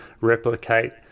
replicate